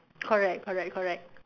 correct correct correct